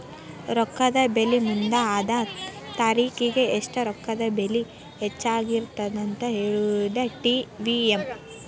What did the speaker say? ರೊಕ್ಕದ ಬೆಲಿ ಮುಂದ ಅದ ತಾರಿಖಿಗಿ ಎಷ್ಟ ರೊಕ್ಕದ ಬೆಲಿ ಹೆಚ್ಚಾಗಿರತ್ತಂತ ಹೇಳುದಾ ಟಿ.ವಿ.ಎಂ